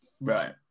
Right